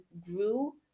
grew